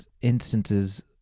instances